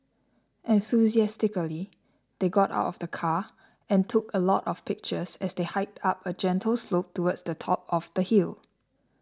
enthusiastically they got out of the car and took a lot of pictures as they hiked up a gentle slope towards the top of the hill